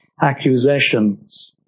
accusations